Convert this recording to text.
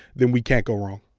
then we can't go wrong.